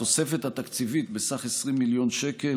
התוספת התקציבית בסך 20 מיליון שקל